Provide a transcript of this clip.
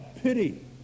pity